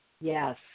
Yes